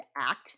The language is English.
act